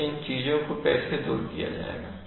अब इन चीजों को कैसे दूर किया जाएगा